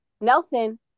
Nelson